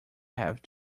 have